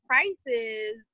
prices